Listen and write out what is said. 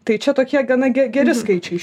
tai čia tokie gana ge geri skaičiai iš